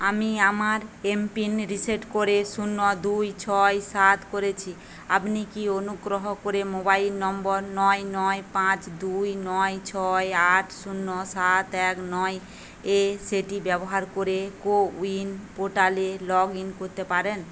আমি আমার MPIN reset করে শূন্য দুই ছয় সাত করেছি আপনি কি অনুগ্রহ করে মোবাইল নম্বর নয় নয় পাঁচ দুই নয় ছয় আট শূন্য সাত এক নয় এ সেটি ব্যবহার করে কোউইন পোর্টালে লগ ইন করতে পারেন